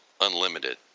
Unlimited